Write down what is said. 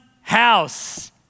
house